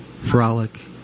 frolic